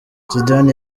zidane